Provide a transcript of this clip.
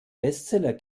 bestseller